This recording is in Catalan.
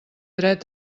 dret